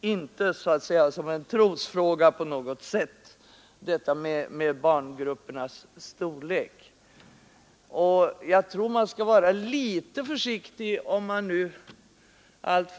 inte på något sätt som en trosfråga.